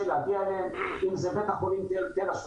להגיע אליהם - אם זה בית החולים תל-השומר,